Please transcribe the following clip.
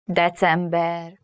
december